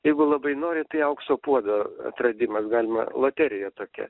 jeigu labai nori tai aukso puodo atradimas galima loterija tokia